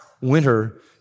winter